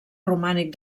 romànic